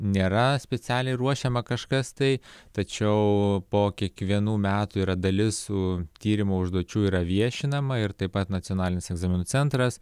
nėra specialiai ruošiama kažkas tai tačiau po kiekvienų metų yra dalis su tyrimo užduočių yra viešinama ir taip pat nacionalinis egzaminų centras